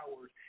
hours